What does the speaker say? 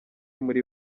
muri